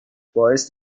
باعث